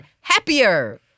Happier